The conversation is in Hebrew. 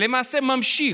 למעשה ממשיך.